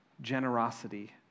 generosity